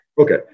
Okay